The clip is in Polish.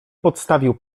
podstawił